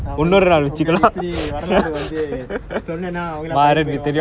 உங்க:unga history வரலாறு வந்து சொன்னேனா பயந்து போயிடுவாங்கே:varalaaru vanthu sonnenaa bayanthu poyiduvaangae